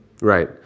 Right